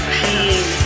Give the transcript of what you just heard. pain